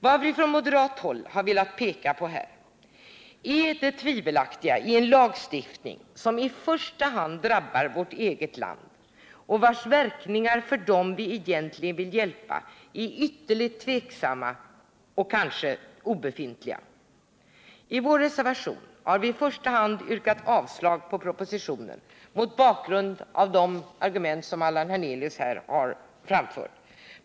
Vad vi från moderat håll har velat peka på är det tvivelaktiga i en lagstiftning som i första hand drabbar vårt eget land och vars verkningar för dem vi egentligen vill hjälpa är ytterligt ovissa, kanske obefintliga. I vår reservation har vi i första hand yrkat avslag på propositionen mot bakgrund av de argument som Allan Hernelius har framfört.